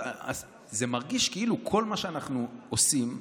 זה מרגיש כאילו כל מה שאנחנו עושים,